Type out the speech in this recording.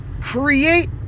create